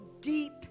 deep